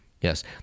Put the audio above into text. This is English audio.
Yes